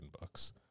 books